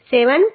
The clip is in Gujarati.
7